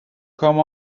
come